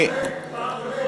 פעם בחודש,